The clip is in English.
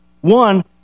One